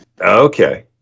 Okay